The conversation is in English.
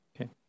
Okay